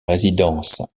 résidence